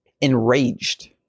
enraged